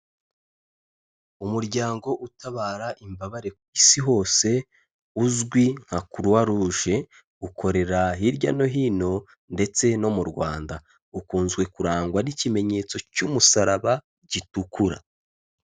Umuryango utabara imbabare ku Isi hose, uzwi nka croix rouge, ukorera hirya no hino ndetse no mu Rwanda. Ukunzwe kurangwa n'ikimenyetso cy'umusaraba gitukura.